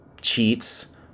cheats